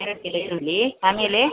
ಎರಡು ಕಿಲೋ ಈರುಳ್ಳಿ ಆಮೇಲೆ